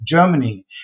Germany